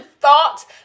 thought